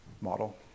model